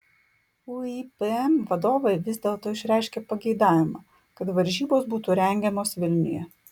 uipm vadovai vis dėlto išreiškė pageidavimą kad varžybos būtų rengiamos vilniuje